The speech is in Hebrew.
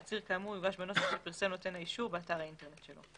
תצהיר כאמור יוגש בנוסח שפרסם נותן האישור באתר האינטרנט שלו".